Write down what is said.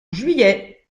juillet